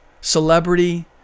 Celebrity